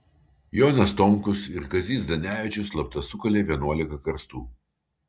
jonas tomkus ir kazys zdanevičius slapta sukalė vienuolika karstų